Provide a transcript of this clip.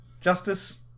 Justice